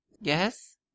Yes